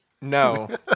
No